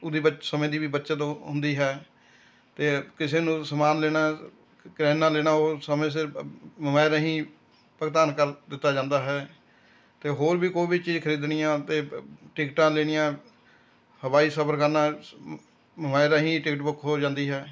ਉਹਦੀ ਬ ਸਮੇਂ ਦੀ ਵੀ ਬੱਚਤ ਹੁੰਦੀ ਹੈ ਅਤੇ ਕਿਸੇ ਨੂੰ ਸਮਾਨ ਲੈਣਾ ਕਰਿਆਨਾ ਲੈਣਾ ਉਹ ਸਮੇਂ ਸਿਰ ਮੋਬਾਇਲ ਰਾਹੀਂ ਭੁਗਤਾਨ ਕਰ ਦਿੱਤਾ ਜਾਂਦਾ ਹੈ ਅਤੇ ਹੋਰ ਵੀ ਕੋਈ ਵੀ ਚੀਜ਼ ਖਰੀਦਣੀ ਆ ਅਤੇ ਟਿਕਟਾਂ ਲੈਣੀਆਂ ਹਵਾਈ ਸਫ਼ਰ ਕਰਨਾ ਮੋਬਾਇਲ ਰਾਹੀਂ ਟਿਕਟ ਬੁੱਕ ਹੋ ਜਾਂਦੀ ਹੈ